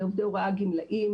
לעובדי הוראה גמלאים.